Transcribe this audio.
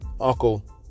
uncle